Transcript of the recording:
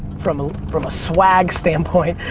from ah from a swag standpoint,